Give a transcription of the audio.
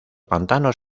pantanos